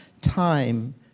time